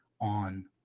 on